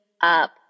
up